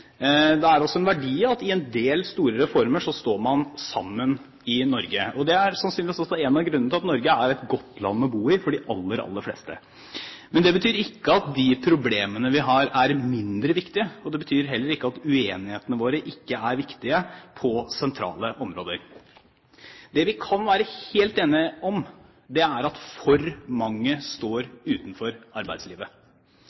Det er også en verdi at i en del store reformer står man sammen i Norge. Det er sannsynligvis også en av grunnene til at Norge er et godt land å bo i for de aller, aller fleste. Men det betyr ikke at de problemene vi har, er mindre viktige, og det betyr heller ikke at uenigheten vår på sentrale områder ikke er viktig. Det vi kan være helt enige om, er at for mange